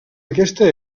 aquesta